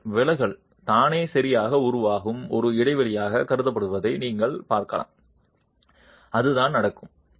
பின்னர் விலகல் தானே சரியாக உருவாகும் ஒரு இடைவெளியாக கருதப்படுவதை நீங்கள் பார்க்கலாம் அதுதான் நடக்கும்